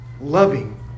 loving